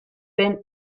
been